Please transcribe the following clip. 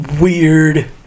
weird